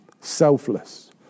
Selfless